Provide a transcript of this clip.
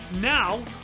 Now